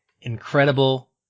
incredible